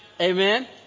Amen